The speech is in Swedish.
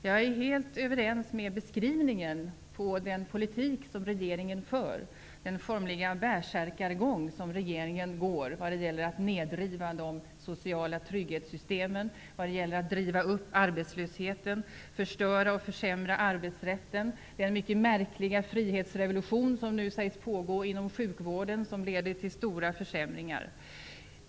Jag instämmer helt i den beskrivning som gjordes över den politik som regeringen för, den bärsärkargång som regeringen formligen går när det gäller att riva ned de social trygghetssystemen, driva upp arbetslösheten, förstöra och försämra arbetsrätten och när det gäller den mycket märkliga frihetsrevolution som nu sägs pågå inom sjukvården, en frihetsrevolution som leder till stora försämringar.